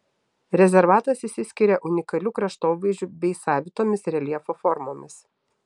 rezervatas išsiskiria unikaliu kraštovaizdžiu bei savitomis reljefo formomis